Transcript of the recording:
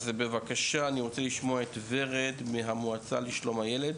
אז אני רוצה בבקשה לשמוע את ורד מהמועצה לשלום הילד.